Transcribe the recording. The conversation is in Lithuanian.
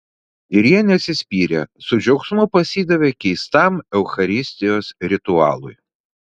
ir jie neatsispyrė su džiaugsmu pasidavė keistam eucharistijos ritualui